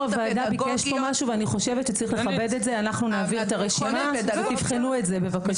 אנחנו נעביר את הרשימה, תבחנו בבקשה.